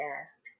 asked